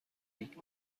بیگ